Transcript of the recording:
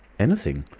anything.